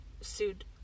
sued